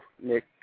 Nick